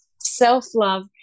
self-love